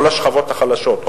או לשכבות החלשות,